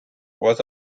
was